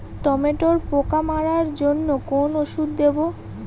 টমেটোর পোকা মারার জন্য কোন ওষুধ দেব?